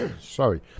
sorry